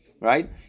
right